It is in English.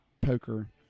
poker